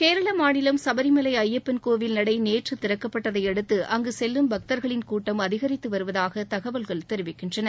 கேரள மாநிலம் சபரிமலை ஐயப்பன் கோவில் நடை நேற்று திறக்கப்பட்டதையடுத்து அங்கு செல்லும் பக்தர்களின் கூட்டம் அதிகரித்து வருவதாக தகவல்கள் தெரிவிக்கின்றன